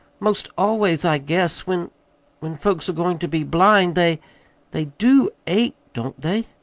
most always, i guess, when when folks are going to be blind, they they do ache, don't they?